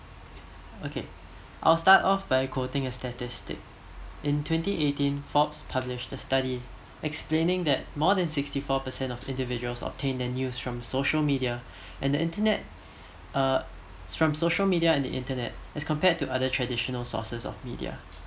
okay I'll start off by quoting a statistic in twenty eighteen fox published the study explaining that more than sixty four percent of individuals of tends and youths from social media and internet uh from social media and internet as compared to other traditional sources of media